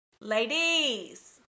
Ladies